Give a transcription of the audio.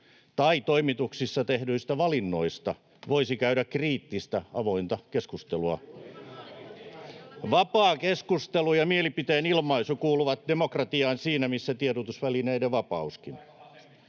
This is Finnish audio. tai toimituksissa tehdyistä valinnoista voisi käydä kriittistä, avointa keskustelua. Vapaa keskustelu ja mielipiteen ilmaisu kuuluvat demokratiaan siinä missä tiedotusvälineiden vapauskin.